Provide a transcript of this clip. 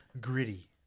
gritty